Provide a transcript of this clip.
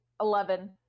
Eleven